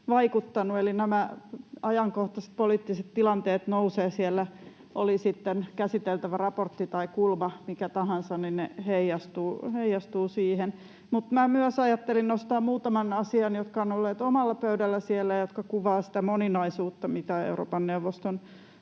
vaikuttanut. Eli nämä ajankohtaiset poliittiset tilanteet nousevat siellä esiin. Oli sitten käsiteltävä raportti tai kulma mikä tahansa, niin ne heijastuvat siihen. Myös minä ajattelin nostaa esiin muutaman asian, jotka ovat olleet omalla pöydälläni siellä ja jotka kuvaavat sitä moninaisuutta, mitä Euroopan neuvoston